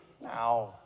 Now